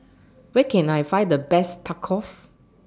Where Can I Find The Best Tacos